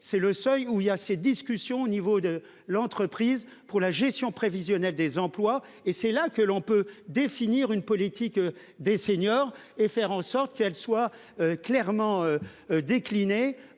C'est le seuil où il y a ces discussions au niveau de l'entreprise pour la gestion prévisionnelle des emplois et c'est là que l'on peut définir une politique des seniors et faire en sorte qu'elle soit clairement. Décliné